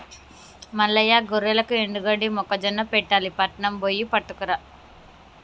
మల్లయ్య గొర్రెలకు ఎండుగడ్డి మొక్కజొన్న పెట్టాలి పట్నం బొయ్యి పట్టుకురా